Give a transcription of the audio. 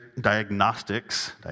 diagnostics